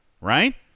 right